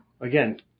again